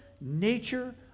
nature